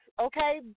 okay